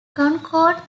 concord